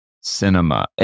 cinema